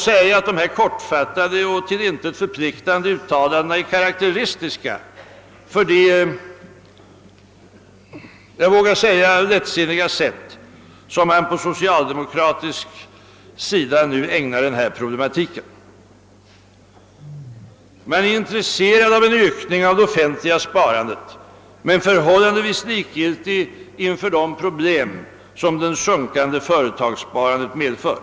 Dessa kortfattade och till intet förpliktande uttalanden är karakteristiska för den — jag vågar säga det — lättsinniga syn, som man på socialdemokratiskt håll nu anlägger på denna problematik. Man är intresserad av en ökning av det offentliga sparandet men förhållandevis likgiltig inför de problem som det sjunkande företagssparandet medför.